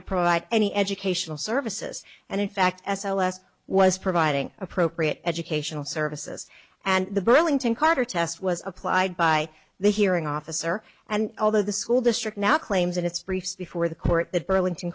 to provide any educational services and in fact s l s was providing appropriate educational services and the burlington carter test was applied by the hearing officer and although the school district now claims in its briefs before the court that burlington